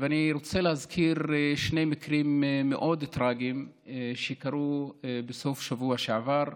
ואני רוצה להזכיר שני מקרים מאוד טרגיים שקרו בסוף השבוע שעבר.